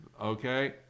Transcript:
Okay